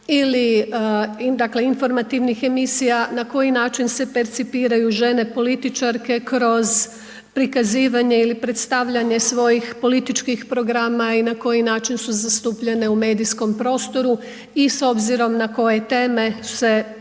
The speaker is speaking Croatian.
dakle informativnih emisija, na koji način se percipiraju žene, političarke kroz prikazivanje ili predstavljanje svojih političkih programa i na koji način su zastupljene u medijskom prostoru i s obzirom na koje teme se raspravljalo